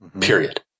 Period